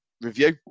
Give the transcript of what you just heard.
review